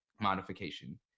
modification